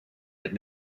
had